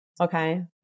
Okay